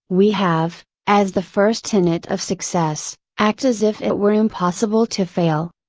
we have, as the first tenet of success, act as if it were impossible to fail.